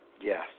Yes